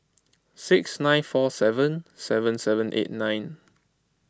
six nine four seven seven seven eight nine